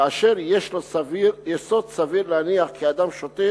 כאשר יש לו יסוד סביר להניח כי אדם שותה